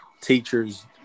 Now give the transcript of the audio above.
teachers